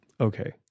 Okay